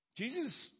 Jesus